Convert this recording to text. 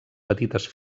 petites